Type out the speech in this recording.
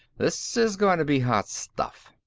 this is going to be hot stuff.